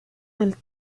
del